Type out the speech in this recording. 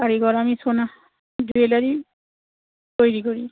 কারিগর আমি সোনা জুয়েলারি তৈরি করি